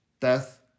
death